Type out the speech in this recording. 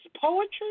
poetry